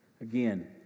Again